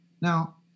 Now